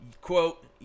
quote